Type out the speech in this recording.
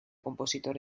compositor